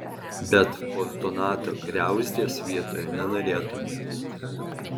bet fortunato griauzdės vietoje nenorėtumei būti